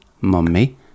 mummy